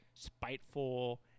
Spiteful